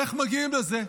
איך מגיעים לזה?